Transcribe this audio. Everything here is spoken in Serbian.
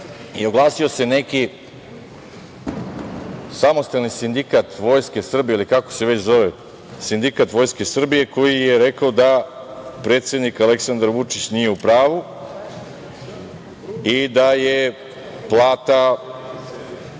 i oglasio se neki Samostalni sindikat Vojske Srbije ili kako se već zove Sindikat Vojske Srbije, koji je rekao da predsednik Aleksandar Vučić nije u pravu i da je plata